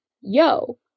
yo